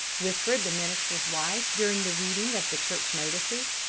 whispered the minister's wife during the reading of the church notices.